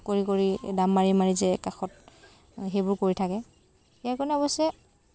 কৰি কৰি এই দাম মাৰি মাৰি যে কাষত সেইবোৰ কৰি থাকে ইয়াৰ কাৰণে অৱশ্যে